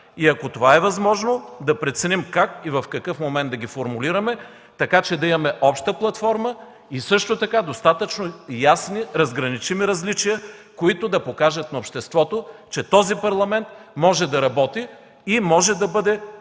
и ако това е възможно, да преценим как и в какъв момент да ги формулираме, така че да имаме обща платформа и също така достатъчно ясни, разграничими различия, които да покажат на обществото, че този Парламент може да работи и може да бъде